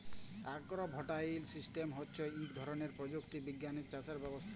আগ্র voltaic system হচ্যে ইক ধরলের প্রযুক্তি বিজ্ঞালের চাসের ব্যবস্থা